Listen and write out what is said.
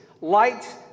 light